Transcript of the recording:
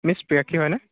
miss Priyakshi হয়নে